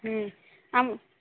ହୁଁ ଆମ